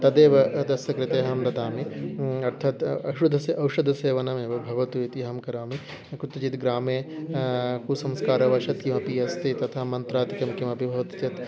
तदेव तस्य कृते अहं ददामि अर्थात् अशुद्धस्य औषधस्य वनमेव भवतु इति अहं करोमि कुत्रचित् ग्रामे कुसंस्कारवशात् किमपि अस्ति तथा मन्त्रात् किमपि किं भवति तत्